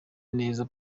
neza